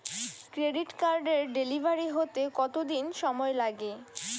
Credit কার্ডের delivery হতে কতদিন সময় লাগে?